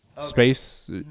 space